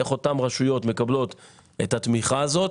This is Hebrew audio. איך אותן רשויות מקבלות את התמיכה הזאת,